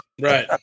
Right